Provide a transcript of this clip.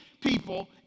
people